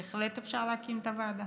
בהחלט אפשר להקים את הוועדה.